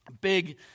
big